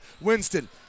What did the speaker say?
Winston